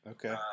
Okay